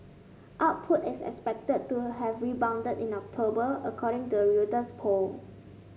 output is expected to have rebounded in October according to a Reuters poll